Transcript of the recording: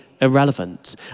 irrelevant